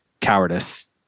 cowardice